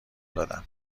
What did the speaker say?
دادم